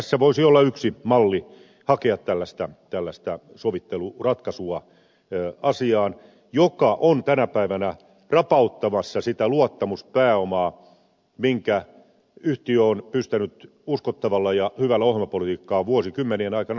tässä voisi olla yksi malli hakea tällaista sovitteluratkaisua asiaan joka on tänä päivänä rapauttamassa sitä luottamuspääomaa minkä yhtiö on pystynyt uskottavalla ja hyvällä ohjelmapolitiikalla vuosikymmenien aikana rakentamaan